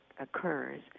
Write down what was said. occurs